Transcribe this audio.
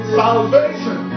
salvation